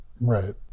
Right